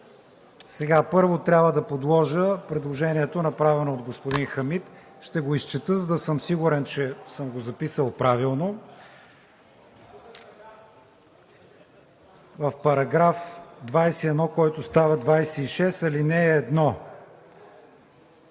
Първо, трябва да подложа предложението, направено от господин Хамид. Ще го изчета, за да съм сигурен, че съм го записал правилно: „В § 21, който става 26, ал. 1,